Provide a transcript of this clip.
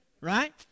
Right